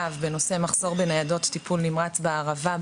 דיון מעקב בנושא מחסור בניידות טיפול נמרץ בערבה,